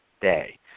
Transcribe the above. day